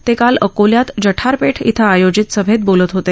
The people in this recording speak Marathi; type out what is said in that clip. ते काल अकोल्यात जठारपेठ इथं आयोजित सभेत बोलत होते